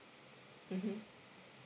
mmhmm